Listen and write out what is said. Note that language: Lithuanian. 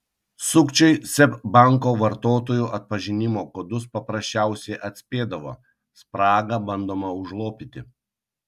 sukčiai seb banko vartotojų atpažinimo kodus paprasčiausiai atspėdavo spragą bandoma užlopyti